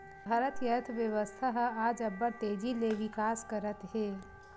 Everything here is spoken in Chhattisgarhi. भारत के अर्थबेवस्था ह आज अब्बड़ तेजी ले बिकास करत हे